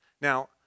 Now